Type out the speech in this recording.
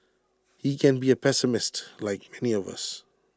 he can be A pessimist like many of us